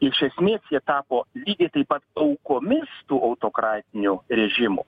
iš esmės jie tapo lygiai taip pat aukomis tų autokratinių režimų